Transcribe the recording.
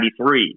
1993